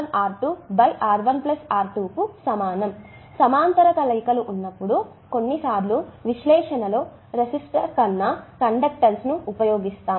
కాబట్టి సమాంతర కలయికలు ఉన్నప్పుడు కొన్ని సార్లు విశ్లేషణ లో రెసిస్టన్స్ కన్నా కండక్టెన్స్ ను ఉపయోగిస్తాం